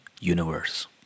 universe